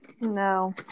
No